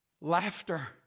Laughter